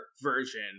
version